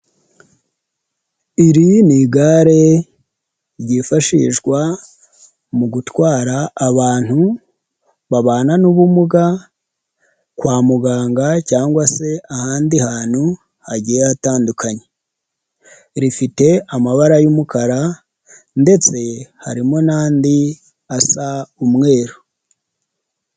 Iri ni igare ryifashishwa mu gutwara abantu babana n'ubumuga kwa muganga cyangwa se ahandi hantu hagiye hatandukanye rifite amabara y'umukara ndetse harimo n'andi asa umweru.